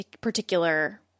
particular